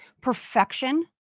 perfection